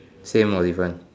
same or different